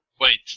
Wait